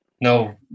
No